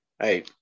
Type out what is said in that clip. Hey